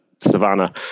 savannah